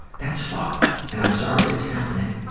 that's fucked, and i'm sorry it's happening,